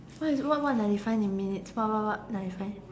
what what ninety five minutes what what what ninety five